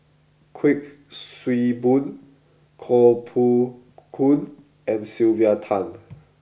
Kuik Swee Boon Koh Poh Koon and Sylvia Tan